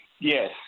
Yes